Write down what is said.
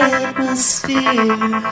atmosphere